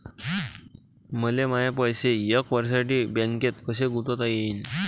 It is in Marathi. मले माये पैसे एक वर्षासाठी बँकेत कसे गुंतवता येईन?